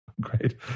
Great